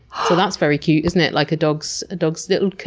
so that's very cute, isn't it? like a dog's dog's little queue.